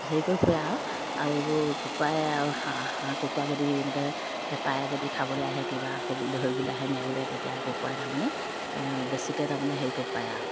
হেৰি কৰি ফুৰে আৰু আৰু এইবোৰ কুকুৰাই আৰু হাঁহ কুকুৰা যদি এনেকৈ হেপাহে যদি খাবলৈ আহে কিবা আকৌ বোলে ধৰিবলৈ আহে নেওলে তেতিয়া কুকুৰাই তাৰমানে বেছিকৈ তাৰমানে হেৰি কৰিব পাৰে আৰু